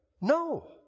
No